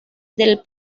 del